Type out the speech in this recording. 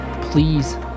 please